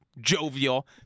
jovial